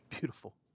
Beautiful